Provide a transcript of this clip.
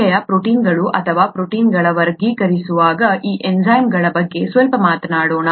ವಿಶೇಷ ಪ್ರೋಟೀನ್ಗಳು ಅಥವಾ ಪ್ರೋಟೀನ್ಗಳ ವರ್ಗವಾಗಿರುವ ಈ ಎನ್ಝೈಮ್ಗಳ ಬಗ್ಗೆ ಸ್ವಲ್ಪ ಮಾತನಾಡೋಣ